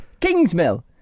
Kingsmill